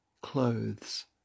clothes